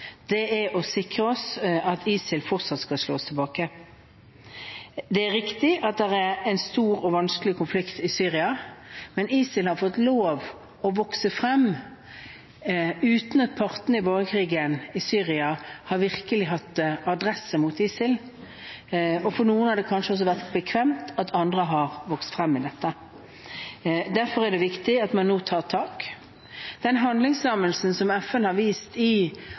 det er å sikre oss at ISIL fortsatt skal slås tilbake. Det er riktig at det er en stor og vanskelig konflikt i Syria, men ISIL har fått lov til å vokse frem uten at partene i borgerkrigen i Syria virkelig har hatt adresse mot ISIL. For noen har det kanskje også vært bekvemt at andre har vokst frem. Derfor er det viktig at man nå tar tak. Den handlingslammelsen som FN har vist i